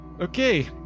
Okay